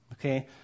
Okay